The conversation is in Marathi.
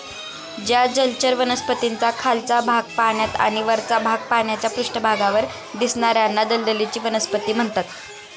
ज्या जलचर वनस्पतींचा खालचा भाग पाण्यात आणि वरचा भाग पाण्याच्या पृष्ठभागावर दिसणार्याना दलदलीची वनस्पती म्हणतात